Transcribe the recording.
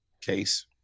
case